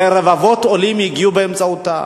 הרי רבבות עולים הגיעו באמצעותה.